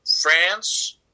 France